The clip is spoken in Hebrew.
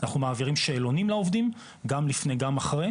אנחנו מעבירים שאלונים לעובדים גם לפני וגם אחרי,